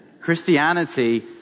Christianity